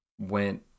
went